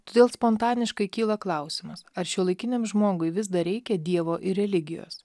todėl spontaniškai kyla klausimas ar šiuolaikiniam žmogui vis dar reikia dievo ir religijos